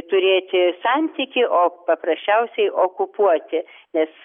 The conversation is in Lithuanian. turėti santykį o paprasčiausiai okupuoti nes